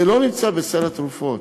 זה לא נמצא בסל התרופות.